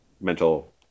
mental